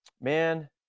Man